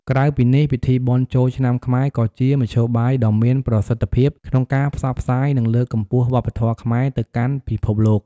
ក្រៅពីនេះ ពិធីបុណ្យចូលឆ្នាំខ្មែរក៏ជាមធ្យោបាយដ៏មានប្រសិទ្ធភាពក្នុងការផ្សព្វផ្សាយ និងលើកកម្ពស់វប្បធម៌ខ្មែរទៅកាន់ពិភពលោក។